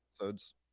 episodes